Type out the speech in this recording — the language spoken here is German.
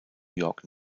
york